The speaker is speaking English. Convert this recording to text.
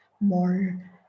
more